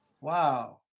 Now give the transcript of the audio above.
Wow